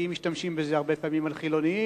דתיים משתמשים בזה הרבה פעמים על חילונים,